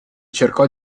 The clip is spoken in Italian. cercò